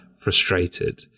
frustrated